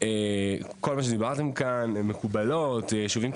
כל מה שדיברתם כאן, מקובלות בישובים קהילתיים.